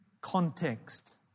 context